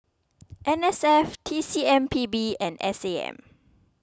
N S F T C M P B and S A M